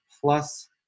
plus